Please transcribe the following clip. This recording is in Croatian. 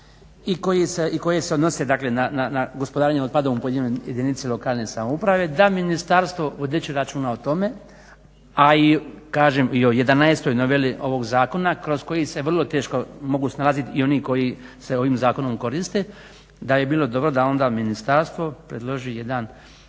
i koje se odnose dakle na gospodarenje otpadom u pojedinoj jedinici lokalne samouprave, da ministarstvo vodeći računa o tome, a i kažem i o 11. noveli ovog zakona kroz koji se vrlo teško mogu snalaziti i oni koji se ovim zakonom koriste, da bi bilo dobro da onda ministarstvo predloži jedan